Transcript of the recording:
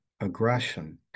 aggression